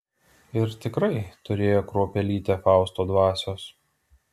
ir tikrai turėjo kruopelytę fausto dvasios